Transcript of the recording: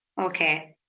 Okay